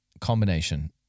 combination